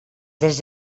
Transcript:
des